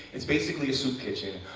it's basically a soup kitchen.